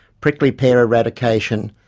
prickly pear eradication,